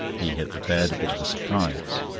he had prepared a bit of a surprise.